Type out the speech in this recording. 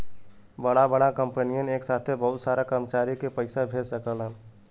बड़ा बड़ा कंपनियन एक साथे बहुत सारा कर्मचारी के पइसा भेज सकलन